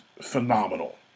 phenomenal